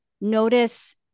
notice